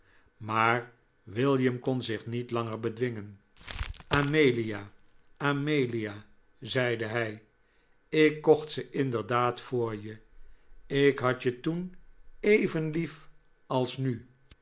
maar william kon zich niet langer bedwingen amelia amelia zeide hij ik kocht ze inderdaad voor je ik had je toen even lief als nu